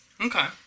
Okay